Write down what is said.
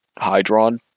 Hydron